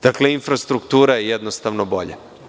Dakle, infrastruktura je jednostavno bolja.